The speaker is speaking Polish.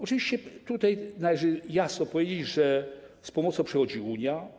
Oczywiście tutaj należy jasno powiedzieć, że z pomocą przychodzi Unia.